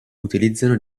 utilizzano